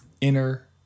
inner